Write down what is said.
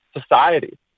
society